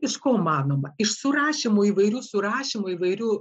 iš ko manoma iš surašymo įvairių surašymų įvairių